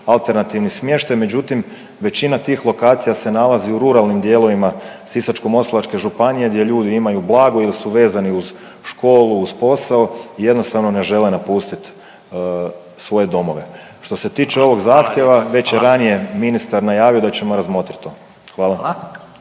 alternativni smještaj, međutim većina tih lokacija se nalazi u ruralnim dijelovima Sisačko-moslavačke županije gdje ljudi imaju blago ili su vezani uz školu, uz posao, jednostavno ne žele napustiti svoje domove. Što se tiče ovog zahtjeva … …/Upadica Radin: Hvala./… … već je ranije ministar najavio da ćemo razmotriti to. Hvala.